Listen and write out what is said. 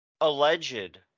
alleged